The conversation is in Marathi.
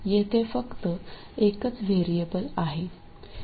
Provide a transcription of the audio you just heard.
येथे फक्त एकच व्हेरिएबल आहे